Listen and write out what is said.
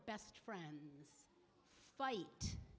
best friends fight